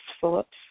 Phillips